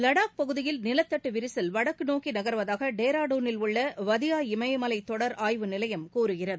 லடாக் பகுதியில் நிலத்தட்டு விரிசல் வடக்கு நோக்கி நகர்வதாக டேராடுனில் உள்ள வதியா இமயமலை தொடர் ஆய்வு நிலையம் கூறுகிறது